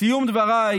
לסיום דבריי,